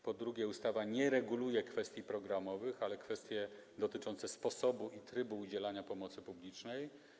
Po drugie, ustawa nie reguluje kwestii programowych, ale kwestie dotyczące sposobu i trybu udzielania pomocy publicznej.